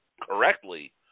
correctly